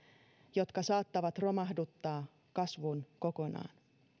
jotka saattavat romahduttaa kasvun kokonaan